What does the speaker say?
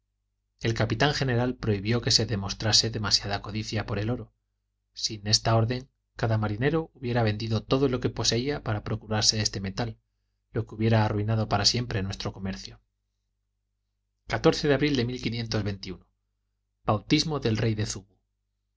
el capitán general prohibió que se demostrase demasiada codicia por el oro sin esta orden cada marinero hubiera vendido todo lo que poseía para procurarse este metal lo que hubiera arruinado para siempre nuestro comercio de abril de bautismo del rey de